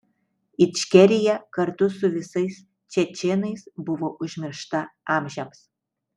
ičkerija kartu su visais čečėnais buvo užmiršta amžiams